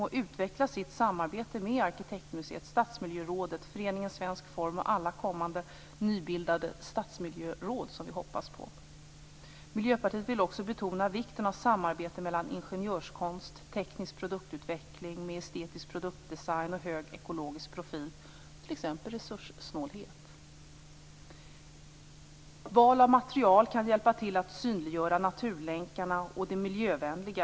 Det behöver också utveckla sitt samarbete med Arkitekturmuseet, Stadsmiljörådet, Föreningen Svensk Form och alla kommande, nybildade stadsmiljöråd som vi hoppas på. Miljöpartiet vill också betona vikten av samarbete mellan ingenjörskonst och teknisk produktutveckling med estetisk produktdesign och hög ekologisk profil, t.ex. resurssnålhet. Val av material kan hjälpa till att synliggöra naturlänkarna och det miljövänliga.